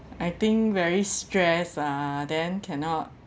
I think very stress ah then cannot